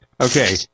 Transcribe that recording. Okay